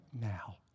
now